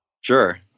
sure